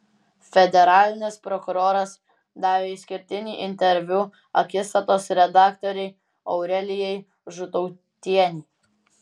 federalinis prokuroras davė išskirtinį interviu akistatos redaktorei aurelijai žutautienei